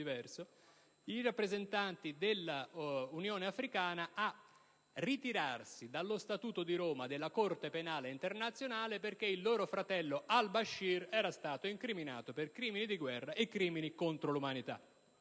di tipo diverso), volta a indurli a ritirarsi dallo Statuto di Roma della Corte penale internazionale, perché il loro fratello Al Bashir era stato incriminato per crimini di guerra e crimini contro l'umanità.